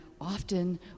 often